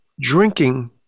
drinking